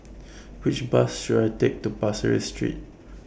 Which Bus should I Take to Pasir Ris Street